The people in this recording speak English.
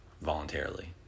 voluntarily